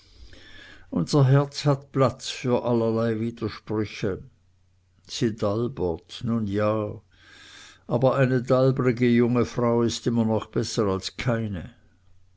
unser herz hat platz für allerlei widersprüche sie dalbert nun ja aber eine dalbrige junge frau ist immer noch besser als keine